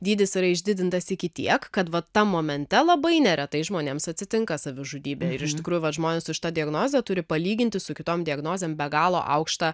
dydis yra išdidintas iki tiek kad vat tam momente labai neretai žmonėms atsitinka savižudybė ir iš tikrųjų vat žmonės su šita diagnoze turi palyginti su kitom diagnozėm be galo aukštą